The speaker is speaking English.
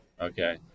Okay